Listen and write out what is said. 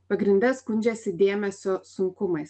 pagrinde skundžiasi dėmesio sunkumais